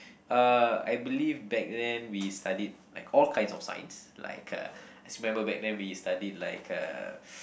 uh I believe back then we studied like all kinds of Science like uh I just remember back then we studied like uh